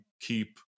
keep